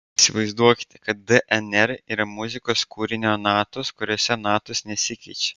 įsivaizduokite kad dnr yra muzikos kūrinio natos kuriose natos nesikeičia